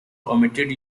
omitted